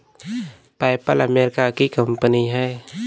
PayPal America की company है